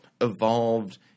evolved